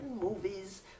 movies